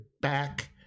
back